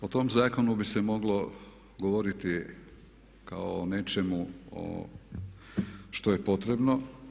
Da, o tom zakonu bi se moglo govoriti kao o nečemu što je potrebno.